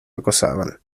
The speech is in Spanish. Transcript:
acosaban